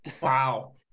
wow